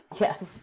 yes